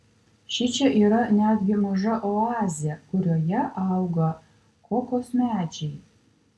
šičia yra netgi maža oazė kurioje auga kokos medžiai